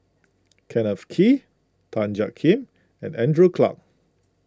Kenneth Kee Tan Jiak Kim and Andrew Clarke